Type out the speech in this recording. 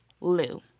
Lou